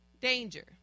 danger